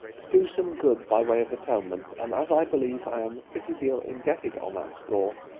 to do some good by way of atonement and as i believe i am a pretty deal indebted on that score,